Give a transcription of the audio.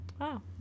wow